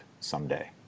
someday